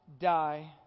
die